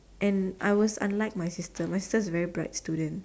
and I was unlike my sister my sister was a very bright student